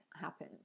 happen